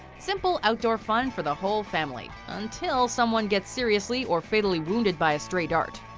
simple outdoor fun for the whole family, until someone gets seriously or fatally wounded by a stray dart.